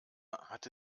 hatte